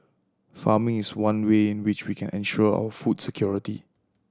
farming is one way in which we can ensure our food security